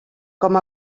com